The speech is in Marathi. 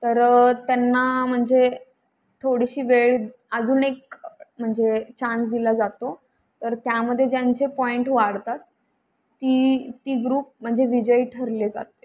तर त्यांना म्हणजे थोडीशी वेळ अजून एक म्हणजे चान्स दिला जातो तर त्यामध्ये ज्यांचे पॉईंट वाढतात ती ती ग्रुप म्हणजे विजयी ठरले जाते